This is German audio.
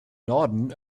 norden